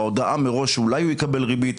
ההודעה מראש שאולי הוא יקבל ריבית?